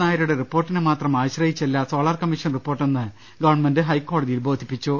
നായരുടെ റിപ്പോർട്ടിനെ മാത്രം ആശ്രയിച്ചല്ല സോളാർ കമ്മിഷൻ റിപ്പോർട്ട് എന്ന് ഗവൺമെന്റ് ഹൈക്കോടതിയിൽ ബോധിപ്പി ച്ചു